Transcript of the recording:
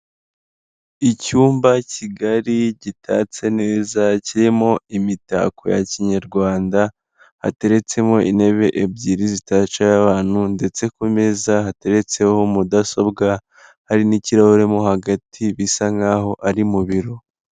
Icyumba kigari gitatse neza kirimo imitako ya Kinyarwanda, hateretsemo intebe ebyiri zitacaho abantu ndetse ku meza hateretseho mudasobwa, hari n'ikirahure mo hagati bisa nkaho ari mu biro.